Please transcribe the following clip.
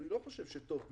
אני לא חושב שטוב במיוחד.